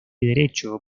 derecho